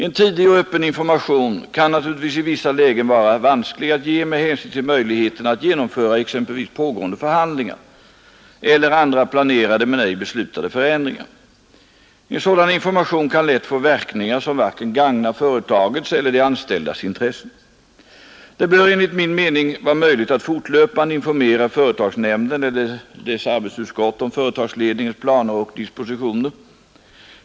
En tidig och öppen information kan naturligtvis i vissa lägen vara vansklig att ge med hänsyn till möjligheterna att genomföra exempelvis pågående förhandlingar eller andra planerade men ej beslutade förändringar. En sådan information kan lätt få verkningar som varken gagnar företagets eller de anställdas intresse. Det bör dock enligt min mening vara möjligt att fortlöpande informera företagsnämnden eller dess arbetsutskott om företagsledningens planer och dispositioner.